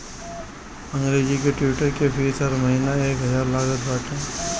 अंग्रेजी के ट्विटर के फ़ीस हर महिना एक हजार लागत बाटे